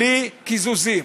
בלי קיזוזים,